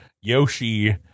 Yoshi